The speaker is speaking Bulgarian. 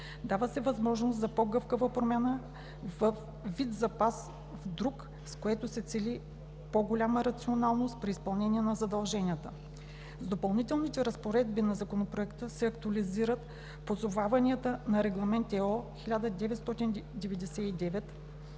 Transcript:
Дава се възможност за по-гъвкава промяна от вид запас в друг, с което се цели по-голяма рационалност при изпълнение на задълженията. С допълнителните разпоредби на Законопроекта се актуализират позоваванията на Регламент (ЕО)